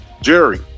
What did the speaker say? Jerry